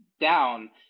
down